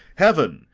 heaven,